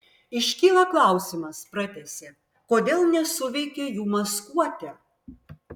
iškyla klausimas pratęsė kodėl nesuveikė jų maskuotė